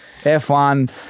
F1